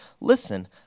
Listen